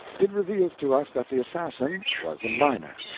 it reveals to us that the assassin was a miner.